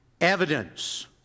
Evidence